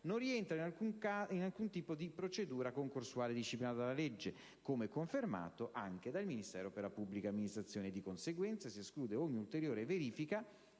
non rientra in alcun tipo di procedura concorsuale disciplinata dalla legge, come confermato anche dal Ministero per la pubblica amministrazione e di conseguenza si esclude ogni ulteriore verifica